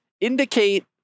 Indicate